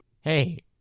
Hey